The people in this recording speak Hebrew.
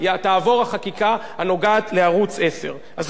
אם זו סתימת פיות אני אינני יודע מהי סתימת פיות.